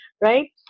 right